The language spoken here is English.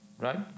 right